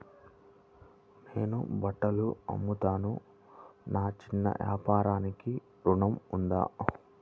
నేను బట్టలు అమ్ముతున్నాను, నా చిన్న వ్యాపారానికి ఋణం ఉందా?